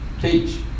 teach